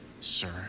sir